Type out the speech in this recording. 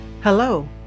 Hello